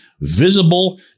visible